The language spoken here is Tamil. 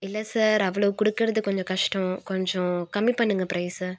இல்லை சார் அவ்வளோ கொடுக்கறது கொஞ்சம் கஷ்டம் கொஞ்சம் கம்மி பண்ணுங்க பிரைஸை